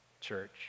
church